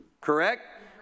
Correct